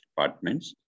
departments